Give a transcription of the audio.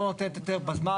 לא נותנת היתר בזמן,